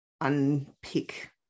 unpick